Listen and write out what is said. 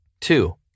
Two